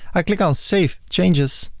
i click on save changes,